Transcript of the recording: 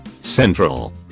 Central